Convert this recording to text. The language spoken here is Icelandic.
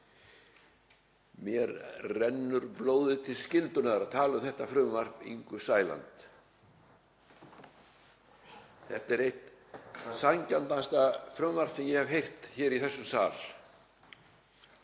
Mér rennur blóðið til skyldunnar að tala um þetta frumvarp Ingu Sæland. Þetta er eitt það sanngjarnasta frumvarp sem ég hef heyrt hér í þessum sal.